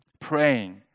praying